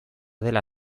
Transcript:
dela